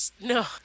No